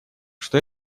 что